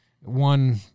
one